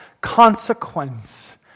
consequence